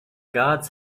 gods